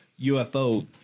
UFO